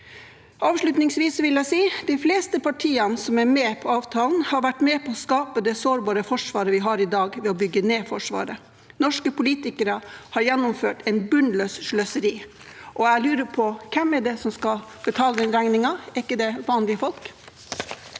Avslutningsvis vil jeg si at de fleste partiene som er med på avtalen, har vært med på å skape det sårbare Forsvaret vi har i dag, ved å bygge ned Forsvaret. Norske politikere har gjennomført et bunnløst sløseri, og jeg lurer på: Hvem er det som skal betale den regningen? Er ikke det vanlige folk?